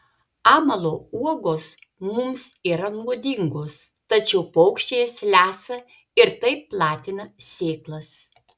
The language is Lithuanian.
amalo uogos mums yra nuodingos tačiau paukščiai jas lesa ir taip platina sėklas